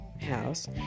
house